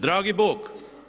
Dragi Bog.